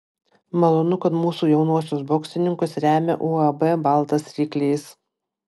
malonu kad mūsų jaunuosius boksininkus remia uab baltas ryklys